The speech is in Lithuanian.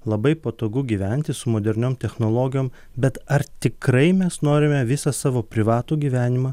labai patogu gyventi su moderniom technologijom bet ar tikrai mes norime visą savo privatų gyvenimą